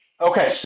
Okay